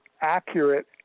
accurate